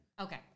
Okay